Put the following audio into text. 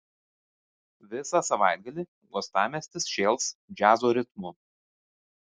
visą savaitgalį uostamiestis šėls džiazo ritmu